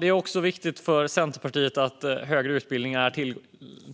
Det är också viktigt för Centerpartiet att högre utbildning är